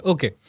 Okay